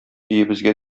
өебезгә